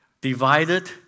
divided